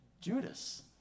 Judas